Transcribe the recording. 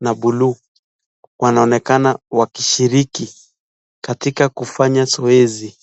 na bluu wanaonekana wakishiriki katika kufanya zoezi.